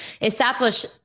establish